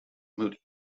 moody